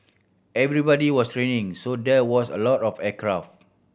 everybody was training so there was a lot of aircraft